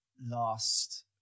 last